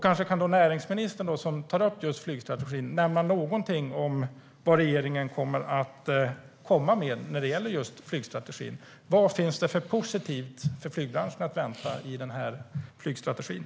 Kanske kan näringsministern, som tar upp just flygstrategin, nämna någonting om vad regeringen kommer att komma med i flygstrategin. Vad finns det för positivt för flygbranschen att vänta i flygstrategin?